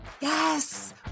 Yes